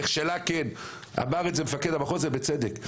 אמר מפקד המחוז ובצדק: